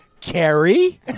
Carrie